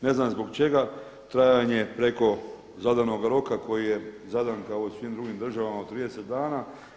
Ne znam zbog čega trajanje preko zadanog roka koji je zadan kao u svim drugim državama od 30 dana.